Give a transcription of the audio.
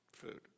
Food